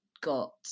got